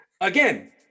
again